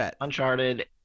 Uncharted